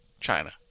China